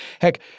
Heck